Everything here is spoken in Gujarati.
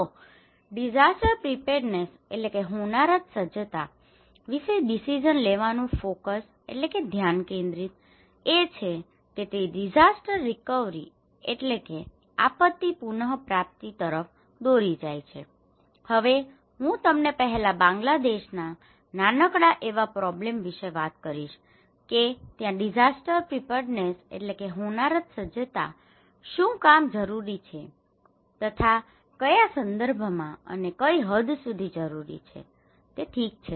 તો ડીસાસ્ટર પ્રીપેરડ્નેસ disaster preparedness હોનારત સજ્જતા વિશે ડિસિઝન decision નિર્ણય લેવાનું ફોકસ focus ધ્યાન કેન્દ્રિત એ છે કે તે ડીસાસ્ટર રિકવરી disaster recovery આપત્તિ પુનપ્રાપ્તિ તરફ દોરી જાય છે હવે હું તમને પહેલા બાંગ્લાદેશના નાનકડા એવા પ્રોબ્લેમ વિશે વાત કરીશ કે ત્યાં ડીસાસ્ટર પ્રિપેરડ્નેસ disaster preparedness હોનારત સજ્જતા શું કામ જરૂરી છે તથા કયા સંદર્ભમાં અને કઈ હદ સુધી જરૂરી છે ઠીક છે